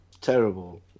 Terrible